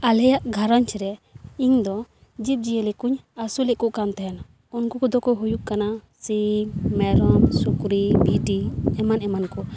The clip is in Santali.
ᱟᱞᱮᱭᱟᱜ ᱜᱷᱟᱨᱚᱡᱽ ᱨᱮ ᱤᱧᱫᱚ ᱡᱤᱵᱽ ᱡᱤᱭᱟᱹᱞᱤ ᱠᱚᱧ ᱟᱹᱥᱩᱞᱮᱫ ᱠᱚ ᱛᱟᱦᱮᱱᱟ ᱩᱱᱠᱩ ᱠᱚᱫᱚ ᱠᱚ ᱦᱩᱭᱩᱜ ᱠᱟᱱᱟ ᱥᱤᱢ ᱢᱮᱨᱚᱢ ᱥᱩᱠᱨᱤ ᱵᱷᱤᱰᱤ ᱮᱢᱟᱱ ᱮᱢᱟᱱ ᱠᱚ